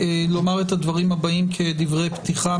לומר את הדברים הבאים כדברי פתיחה,